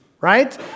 right